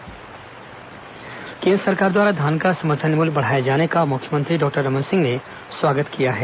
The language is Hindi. मुख्यमंत्री धान स्वागत केंद्र सरकार द्वारा धान का समर्थन मूल्य बढ़ाए जाने का मुख्यमंत्री डॉक्टर रमन सिंह ने स्वागत किया है